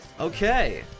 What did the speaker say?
Okay